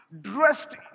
dressed